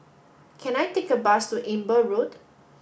can I take a bus to Amber Road